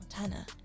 Montana